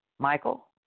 Michael